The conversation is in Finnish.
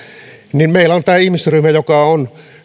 niin meillä on tämä ihmisryhmä yrittäjän perheenjäsenet joka on